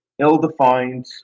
ill-defined